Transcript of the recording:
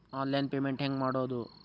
Online payment ಹೆಂಗ್ ಮಾಡೋದು?